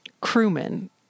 crewmen